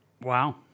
wow